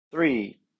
three